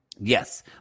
Yes